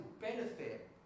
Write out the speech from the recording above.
benefit